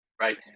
right